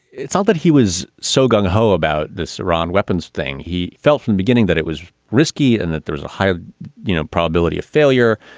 it's all that he was so gung ho about this iran weapons thing he felt from beginning that it was risky and that there's a high ah you know probability of failure,